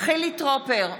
חילי טרופר,